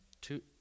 Two